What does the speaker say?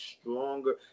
stronger